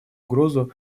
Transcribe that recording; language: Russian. угрозу